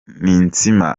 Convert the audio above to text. ninsiima